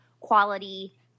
quality